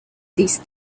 these